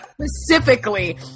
specifically